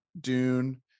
Dune